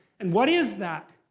and what is that?